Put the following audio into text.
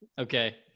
Okay